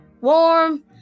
warm